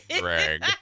Greg